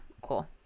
cool